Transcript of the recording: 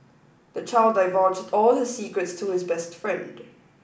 the child divulged all his secrets to his best friend